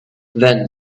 then